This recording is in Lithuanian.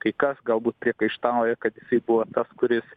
kai kas galbūt priekaištauja kad jisai buvo tas kuris